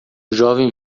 jovem